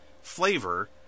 flavor